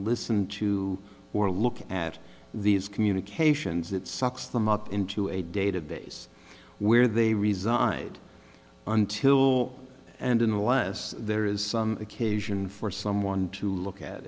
listen to or look at these communications that sucks them up into a database where they were reside until and unless there is some occasion for someone to look at